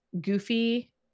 goofy